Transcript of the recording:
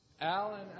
Alan